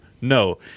No